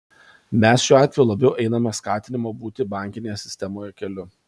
mes šiuo atveju labiau einame skatinimo būti bankinėje sistemoje keliu